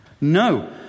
No